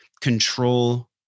control